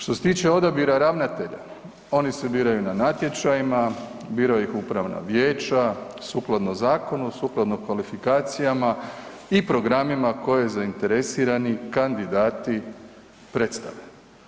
Što se tiče odabira ravnatelja, oni se biraju na natječajima, biraju ih upravna vijeća sukladno zakonu, sukladno kvalifikacijama i programima koje zainteresirani kandidati predstavljaju.